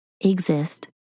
exist